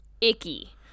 icky